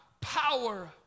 power